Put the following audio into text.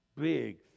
Big